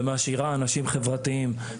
ומשאירה אנשים חברתיים,